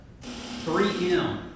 3M